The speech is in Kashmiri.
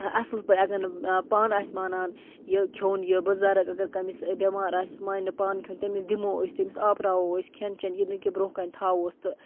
اصل پٲٹھۍ اگر نہٕ پانہٕ آسہِ مانان یہِ کھیٚون یہِ بُزرگ اگر کانہہ أمِس بٮ۪مار آسہِ سُہ ماننہٕ پانہٕ کھیٚون تٔمِس دِمو أسۍ تٔمِس آپراوو أسۍ کھٮ۪ن چٮ۪ن یہِ نہٕ کیٚنٛہہ برونہہ کَنہِ تھاووس تہٕ